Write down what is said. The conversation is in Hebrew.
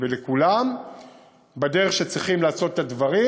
ולכולם בדרך שבה צריכים לעשות את הדברים,